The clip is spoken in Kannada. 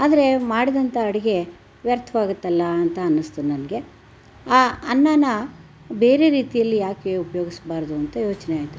ಆದರೆ ಮಾಡಿದಂಥ ಅಡುಗೆ ವ್ಯರ್ಥವಾಗುತ್ತಲ್ಲ ಅಂತ ಅನ್ನಿಸ್ತು ನನಗೆ ಆ ಅನ್ನಾನ ಬೇರೆ ರೀತಿಯಲ್ಲಿ ಯಾಕೆ ಉಪಯೋಗ್ಸ್ಬಾರ್ದು ಅಂತ ಯೋಚನೆ ಆಯಿತು